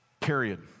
period